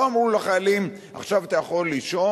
לא אמרו לחיילים: עכשיו אתה יכול לישון,